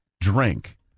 drink